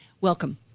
Welcome